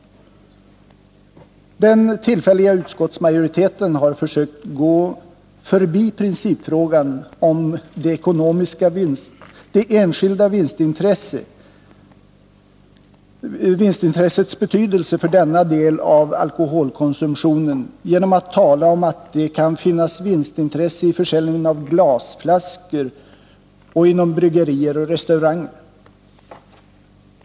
Den tillfälliga utskottsmajoriteten har försökt gå förbi principfrågan om det enskilda vinstintressets betydelse för denna del av alkoholkonsumtionen genom att tala om att det kan finnas vinstintresse i försäljningen av glasflaskor och inom bryggerier och restauranger.